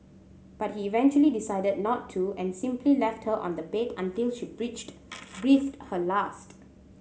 but he eventually decided not to and simply left her on the bed until she breached breathed her last